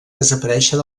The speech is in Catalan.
desaparèixer